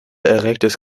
erregte